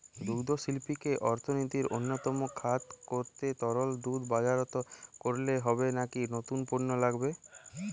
দুগ্ধশিল্পকে অর্থনীতির অন্যতম খাত করতে তরল দুধ বাজারজাত করলেই হবে নাকি নতুন পণ্য লাগবে?